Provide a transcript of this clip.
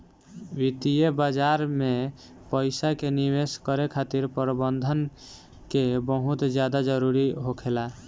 वित्तीय बाजार में पइसा के निवेश करे खातिर प्रबंधन के बहुत ज्यादा जरूरी होखेला